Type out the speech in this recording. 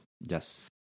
Yes